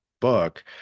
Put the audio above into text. book